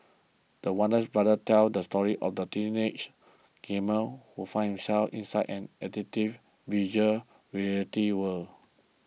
the Warner's brother tells the story of a teenage gamer who finds himself inside an addictive Virtual Reality world